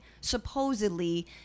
supposedly